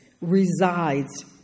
resides